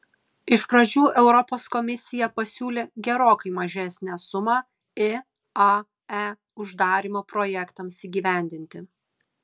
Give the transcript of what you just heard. iš pradžių europos komisija pasiūlė gerokai mažesnę sumą iae uždarymo projektams įgyvendinti